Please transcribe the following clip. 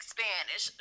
Spanish